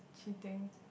cheating